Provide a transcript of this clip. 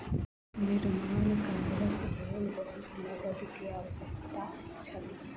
निर्माण कार्यक लेल बहुत नकद के आवश्यकता छल